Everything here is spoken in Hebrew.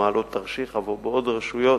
במעלות-תרשיחא ובעוד רשויות.